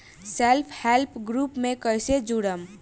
Self help group से कइसे जुड़म?